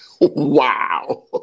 Wow